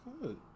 good